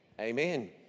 Amen